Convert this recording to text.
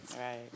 Right